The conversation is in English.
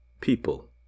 people